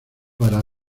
para